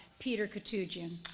peter koutoujian.